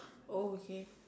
okay